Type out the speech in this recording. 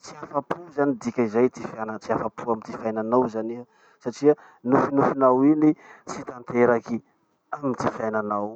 Tsy afapo zany dikazay ty fiaina- tsy afapo amy ty fiainanao zany iha satria nofinofinao iny, tsy tanteraky, amy ty fiainanao.